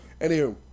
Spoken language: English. Anywho